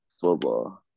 football